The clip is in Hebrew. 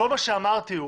כל מה שאמרתי הוא